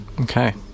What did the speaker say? Okay